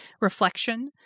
reflection